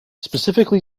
specifically